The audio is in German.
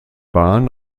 bahn